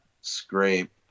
scrape